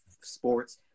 sports